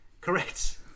correct